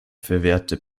verwehrte